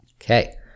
Okay